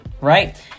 Right